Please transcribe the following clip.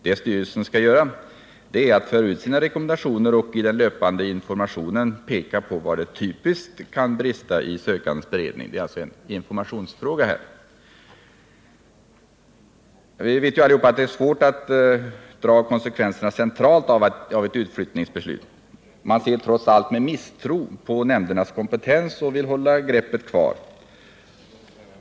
Vad styrelsen skall göra är att föra ut sina rekommendationer och i den löpande informationen peka på var de typiska bristerna i ansökningarnas beredning ligger. Det är alltså en informationsfråga. Vi vet allesammans hur svårt det är att dra konsekvenserna centralt av ett utflyttningsbeslut. Man ser trots allt med misstro på nämndernas kompetens och vill hålla greppet kvar.